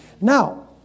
Now